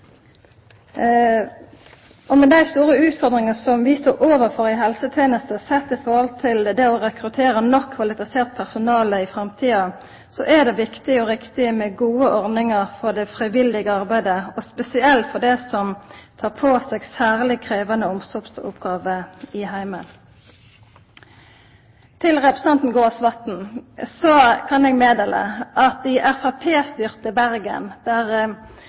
hjelpestønad. Med dei store utfordringane som vi står overfor i helsetenesta sett i forhold til det å rekruttera nok kvalifisert personale i framtida, er det viktig og riktig med gode ordningar for det frivillige arbeidet, og spesielt for dei som tek på seg særleg krevjande omsorgsoppgåver i heimen. Til representanten Gåsvatn kan eg meddela at i framstegspartistyrte Bergen,